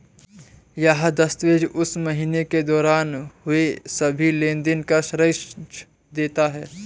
यह दस्तावेज़ उस महीने के दौरान हुए सभी लेन देन का सारांश देता है